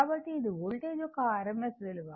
కాబట్టి ఇది వోల్టేజ్ యొక్క rms విలువ